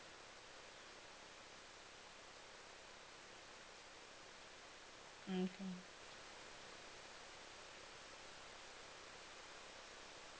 okay